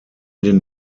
den